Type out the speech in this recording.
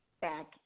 back